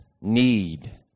need